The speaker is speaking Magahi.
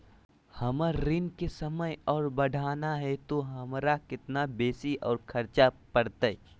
हमर ऋण के समय और बढ़ाना है तो हमरा कितना बेसी और खर्चा बड़तैय?